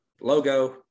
logo